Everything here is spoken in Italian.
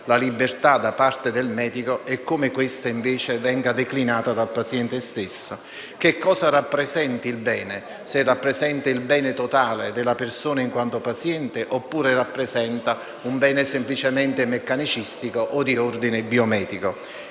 per libertà da parte del medico e come questa, invece, venga declinata dal paziente stesso, e che cosa rappresenti il bene, se rappresenta il bene totale della persona in quanto paziente oppure un bene semplicemente meccanicistico o di ordine biomedico.